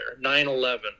9-11